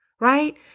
right